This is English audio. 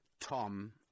Tom